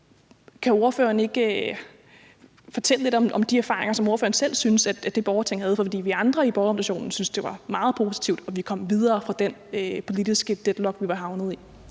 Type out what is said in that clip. Kan ordføreren ikke fortælle lidt om de erfaringer, som ordføreren selv synes at det borgerting havde? For vi andre i Borgerrepræsentationen syntes, det var meget positivt, og at vi kom videre fra den politiske deadlock, vi var havnet i.